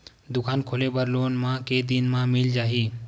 दुकान खोले बर लोन मा के दिन मा मिल जाही?